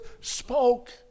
spoke